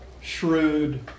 shrewd